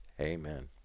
amen